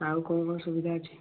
ଆଉ କ'ଣ କ'ଣ ସୁବିଧା ଅଛି